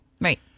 Right